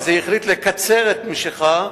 וזה החליט לקצר את משכה,